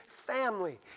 family